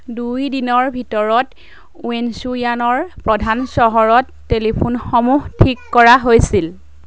দুই দিনৰ ভিতৰত ৱেনচুয়ানৰ প্ৰধান চহৰত টেলিফোনসমূহ ঠিক কৰা হৈছিল